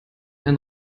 ein